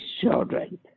children